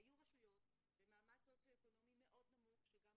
היו רשויות במעמד סוציו אקונומי מאוד נמוך שגם